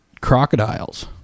crocodiles